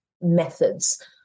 methods